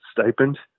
stipend